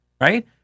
right